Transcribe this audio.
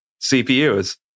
CPUs